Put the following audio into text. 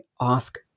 ask